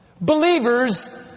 believers